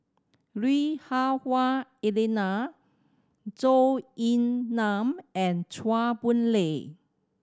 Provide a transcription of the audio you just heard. Lui Hah Wah Elena Zhou Ying Nan and Chua Boon Lay